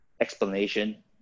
explanation